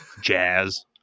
Jazz